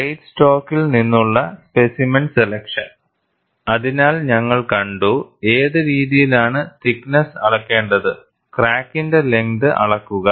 plate സ്റ്റോക്കിൽ നിന്നുള്ള specimen selection അതിനാൽ ഞങ്ങൾ കണ്ടു ഏത് രീതിയിലാണ് തിക്നെസ്സ് അളക്കേണ്ടത്ക്രാക്കിന്റെ ലെങ്ത് അളക്കുക